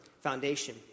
foundation